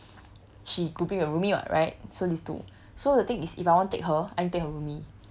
she grouping with her roomie [what] right so these two so the thing is if I want take her I need to take her roomie